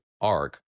arc